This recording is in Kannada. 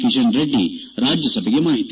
ಕಿತನ್ ರೆಡ್ಡಿ ರಾಜ್ಯಸಭೆಗೆ ಮಾಹಿತಿ